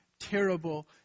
terrible